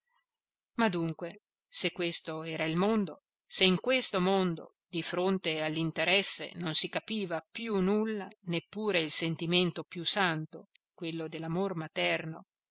ma dunque se questo era il mondo se in questo mondo di fronte all'interesse non si capiva più nulla neppure il sentimento più santo quello dell'amor materno